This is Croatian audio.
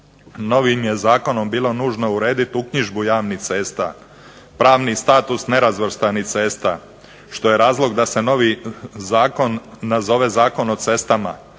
novim je zakonom bilo nužno urediti uknjižbu javnih cesta, pravni status nerazvrstanih cesta što je razlog da se novi zakon nazove Zakon o cestama,